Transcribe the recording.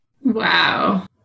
Wow